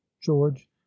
george